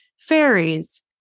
fairies